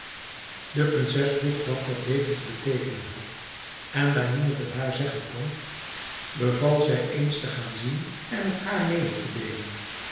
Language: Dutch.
de prinses vroeg wat dat leven te beteekenen had en daar niemand het haar zeggen kon beval zij eens te gaan zien en t haar mede te deelen